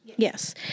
Yes